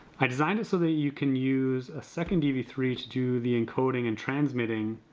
i designed it so that you can use a second e v three to do the encoding and transmitting